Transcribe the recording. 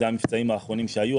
אלה המבצעים האחרונים שהיו.